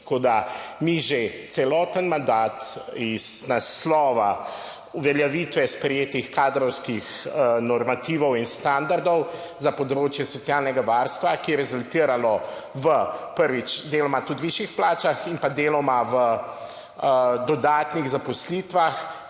Mi že celoten mandat iz naslova uveljavitve sprejetih kadrovskih normativov in standardov za področje socialnega varstva, ki je rezultiralo deloma tudi v višjih plačah in deloma v dodatnih zaposlitvah,